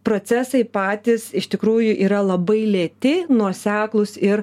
procesai patys iš tikrųjų yra labai lėti nuoseklūs ir